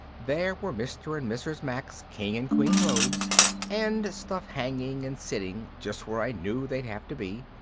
there were mr. and mrs. mack's king-and-queen robes and stuff hanging and sitting just where i knew they'd have to be.